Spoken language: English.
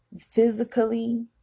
physically